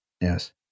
yes